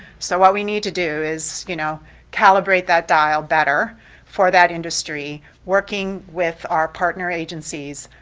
so what we need to do is you know calibrate that dial better for that industry, working with our partner agencies,